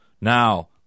Now